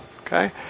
Okay